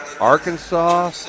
Arkansas